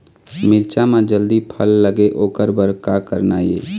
मिरचा म जल्दी फल लगे ओकर बर का करना ये?